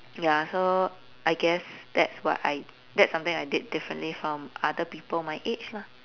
ya so I guess that's what I that's something I did differently from other people my age lah